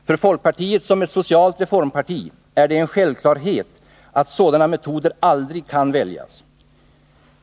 För folkpartiet som ett socialt reformparti är det en självklarhet att sådana metoder aldrig kan väljas.